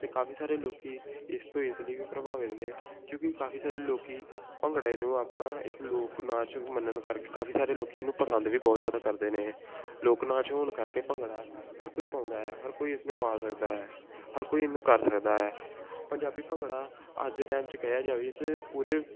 ਅਤੇ ਕਾਫੀ ਸਾਰੇ ਲੋਕ ਇਸ ਤੋਂ ਇਸ ਲਈ ਵੀ ਪ੍ਰਭਾਵਿਤ ਨੇ ਕਿਉਂਕਿ ਕਾਫੀ ਸਾਰੇ ਲੋਕ ਭੰਗੜੇ ਨੂੰ ਆਪਣਾ ਇੱਕ ਲੋਕ ਨਾਚ ਵੀ ਮੰਨਣ ਕਰਕੇ ਕਾਫੀ ਸਾਰੇ ਲੋਕ ਇਹਨੂੰ ਪਸੰਦ ਵੀ ਬਹੁਤ ਜ਼ਿਆਦਾ ਕਰਦੇ ਨੇ ਲੋਕ ਨਾਚ ਹੋਣ ਕਰਕੇ ਭੰਗੜਾ ਹਰ ਕੋਈ ਪਾਉਂਦਾ ਆ ਹਰ ਕੋਈ ਇਸਨੂੰ ਪਾ ਸਕਦਾ ਹੈ ਹਰ ਕੋਈ ਨੂੰ ਕਰ ਸਕਦਾ ਹੈ ਪੰਜਾਬੀ ਭੰਗੜਾ ਅੱਜ ਦੇ ਟਾਈਮ 'ਚ ਕਿਹਾ ਜਾਵੇ ਤਾਂ ਪੂਰੇ